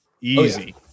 Easy